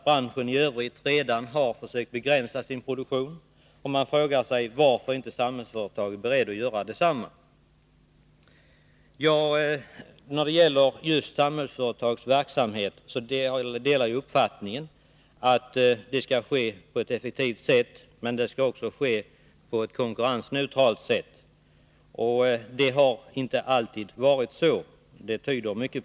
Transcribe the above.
Branschen i övrigt har redan försökt att begränsa sin produktion, och man frågar sig varför inte Samhällsföretag är berett att göra detsamma. När det gäller Samhällsföretags verksamhet delar jag uppfattningen att den skall bedrivas effektivt, men den skall också bedrivas på ett konkurrensneutralt sätt. Så har det inte alltid varit — mycket tyder på det.